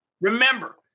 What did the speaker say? remember